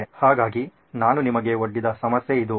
ಹಾಗಾಗಿ ನಾನು ನಿಮಗೆ ಒಡ್ಡಿದ ಸಮಸ್ಯೆ ಇದು